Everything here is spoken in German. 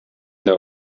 der